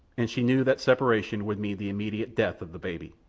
and she knew that separation would mean the immediate death of the baby.